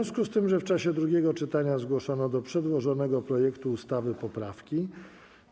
W związku z tym, że w czasie drugiego czytania zgłoszono do przedłożonego projektu ustawy poprawki,